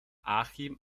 achim